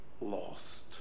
lost